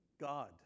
God